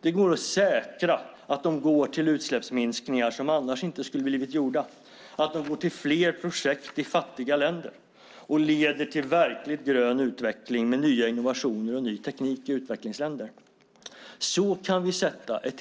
Det går att säkra att de går till utsläppsminskningar som annars inte skulle ha blivit gjorda, att de går till fler projekt i fattiga länder och att de leder till en verkligt grön utveckling med nya innovationer och ny teknik i utvecklingsländerna. Så kan vi sätta ett